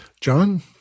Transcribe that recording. John